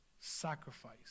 sacrifice